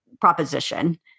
proposition